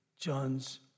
John's